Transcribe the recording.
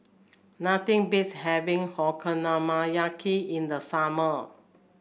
nothing beats having Okonomiyaki in the summer